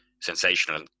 sensational